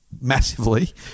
massively